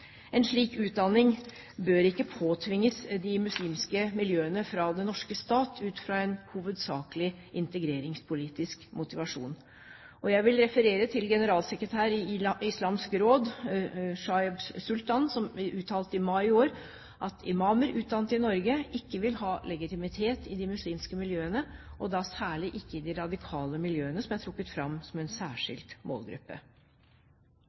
En slik utdanning bør ikke påtvinges de muslimske miljøene fra den norske stat ut fra en hovedsakelig integreringspolitisk motivasjon. Jeg vil referere til generalsekretæren i Islamsk Råd, Shoaib Sultan, som uttalte i mai i år at imamer utdannet i Norge ikke vil ha legitimitet i de muslimske miljøene, og da særlig ikke i de radikale miljøene, som er trukket fram som en særskilt målgruppe.